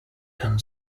can